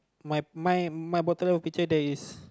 my my my bottom left of the picture there is